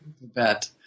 bet